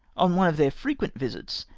on one of their frequent visits,